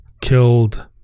killed